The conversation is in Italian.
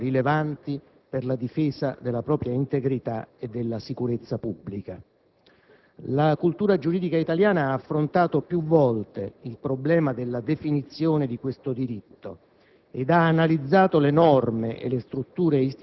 e all'acquisizione di notizie in qualsiasi modo rilevanti per la difesa della propria integrità e della sicurezza pubblica. La cultura giuridica italiana ha affrontato più volte il problema della definizione di questo diritto